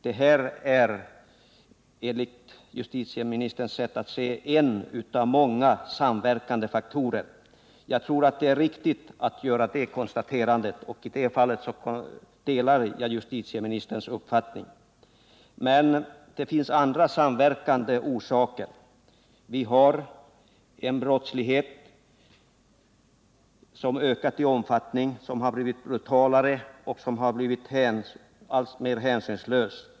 Det här är enligt justitieministerns sätt att se på problemet en av många samverkande faktorer. Jag tror att det är riktigt att göra det konstaterandet, och i det fallet delar jag justitieministerns uppfattning. Men det finns andra samverkande orsaker. Vi har en brottslighet som ökat i omfattning, som har blivit brutalare och som har blivit alltmer hänsynslös.